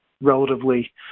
relatively